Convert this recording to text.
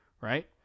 Right